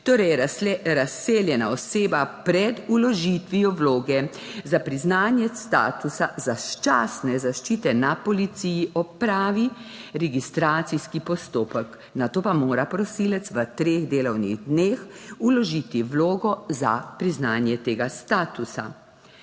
Torej, je razseljena oseba pred vložitvijo vloge za priznanje statusa začasne zaščite na policiji opravi registracijski postopek. Nato pa mora prosilec v treh delovnih dneh vložiti vlogo za priznanje tega statusa.